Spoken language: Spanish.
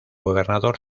gobernador